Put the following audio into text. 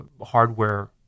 hardware